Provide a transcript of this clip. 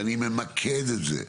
ואני ממקד את זה,